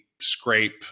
scrape